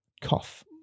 cough